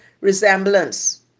resemblance